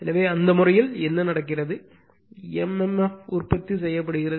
எனவே அந்த முறையில் என்ன நடக்கிறது mmf உற்பத்தி செய்யப்படுகிறது